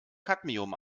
cadmium